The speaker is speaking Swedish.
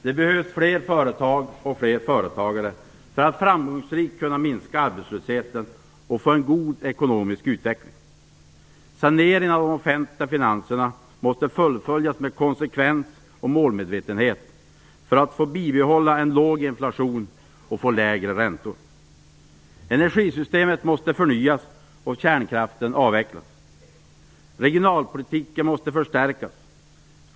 Det behövs fler företag och fler företagare för att framgångsrikt kunna minska arbetslösheten och få en god ekonomisk utveckling. Saneringen av de offentliga finanserna måste fullföljas med konsekvens och målmedvetenhet för att vi skall få bibehålla en låg inflation och få lägre räntor. Energisystemet måste förnyas och kärnkraften avvecklas. Regionalpolitiken måste förstärkas.